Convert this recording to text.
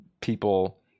people